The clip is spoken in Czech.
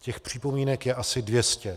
Těch připomínek je asi dvě stě.